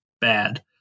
bad